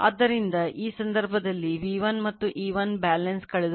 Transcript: ಆದ್ದರಿಂದ ಈ ಸಂದರ್ಭದಲ್ಲಿ V1 ಮತ್ತು E1 balance